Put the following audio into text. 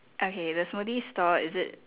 okay the smoothie store is it